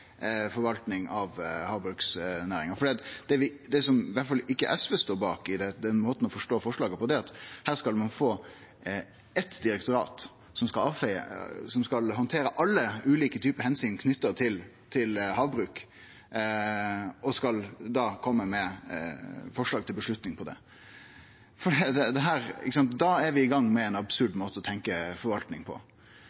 av havbruksnæringa. Det i alle fall ikkje SV står bak i den måten å forstå forslaget på, er at ein her skal få eitt direktorat som skal handtere alle ulike typar omsyn knytte til havbruk, og kome med forslag til avgjerd på det. Da er vi i gang med ein absurd